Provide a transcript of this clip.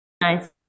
Nice